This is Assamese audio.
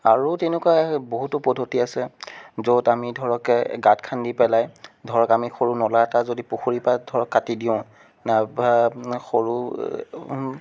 আৰু তেনেকুৱা বহুতো পদ্ধতি আছে য'ত আমি ধৰক এই গাঁত খান্দি পেলাই ধৰক আমি সৰু নলা এটা যদি পুখুৰী পাৰ ধৰক কাটি দিওঁ নাইবা সৰু